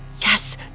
Yes